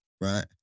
Right